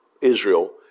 Israel